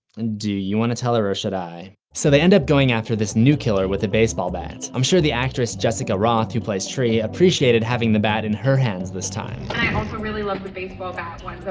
and do you want to tell her or should i? so they end up going after this new killer with a baseball bat. i'm sure the actress jessica rothe, who plays tree, appreciated having the bat in her hands this time. i also really like the baseball bat one,